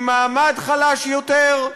עם מעמד חלש יותר,